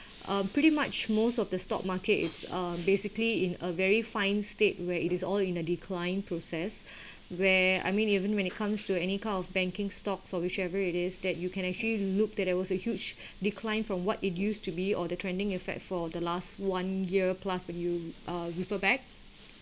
uh pretty much most of the stock market is uh basically in a very fine state where it is all in a declined process where I mean even when it comes to any kind of banking stocks or whichever it is that you can actually looked that there was a huge declined from what it used to be or the trending effect for the last one year plus when you uh refer back